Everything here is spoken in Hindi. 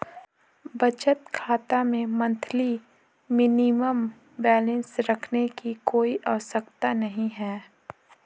बचत खाता में मंथली मिनिमम बैलेंस रखने की कोई आवश्यकता नहीं है